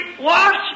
watch